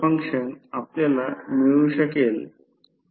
१० दिलेला आहे तर 0 कसे करू शकतो